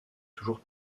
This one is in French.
toujours